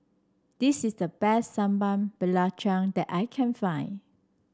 this is the best Sambal Belacan that I can find